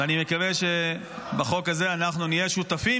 ואני מקווה שבחוק הזה אנחנו נהיה שותפים,